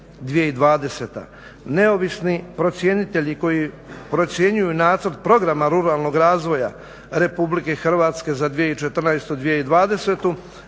Neovisni procjenitelji koji procjenjuju i Nacrt programa ruralnog razvoja Republike Hrvatske za 2014.-2020.